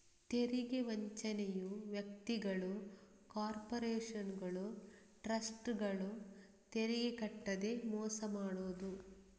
ತೆರಿಗೆ ವಂಚನೆಯು ವ್ಯಕ್ತಿಗಳು, ಕಾರ್ಪೊರೇಷನುಗಳು, ಟ್ರಸ್ಟ್ಗಳು ತೆರಿಗೆ ಕಟ್ಟದೇ ಮೋಸ ಮಾಡುದು